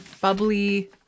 bubbly